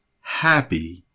happy